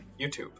YouTube